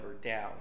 down